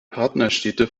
partnerstädte